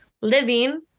living